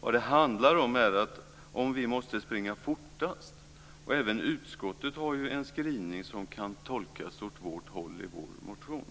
Vad det handlar om är om vi måste springa fortast. Även utskottet har en skrivning som kan tolkas åt vårt håll i vår motion.